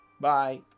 Bye